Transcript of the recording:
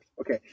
Okay